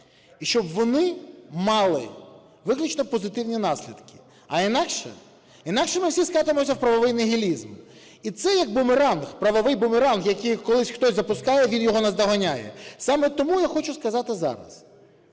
і щоб вони мали виключно позитивні наслідки. А інакше… Інакше ми всі скотимося у правовий нігілізм. І це як бумеранг, правовий бумеранг, який колись хтось запускає, він його наздоганяє. Саме тому я хочу сказати зараз: